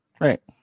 right